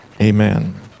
Amen